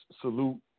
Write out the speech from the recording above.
salute